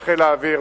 זה חיל האוויר,